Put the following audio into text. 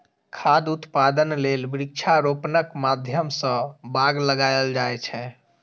खाद्य उत्पादन लेल वृक्षारोपणक माध्यम सं बाग लगाएल जाए छै